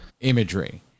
imagery